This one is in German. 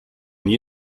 nie